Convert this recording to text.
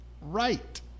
Right